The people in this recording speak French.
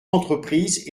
entreprise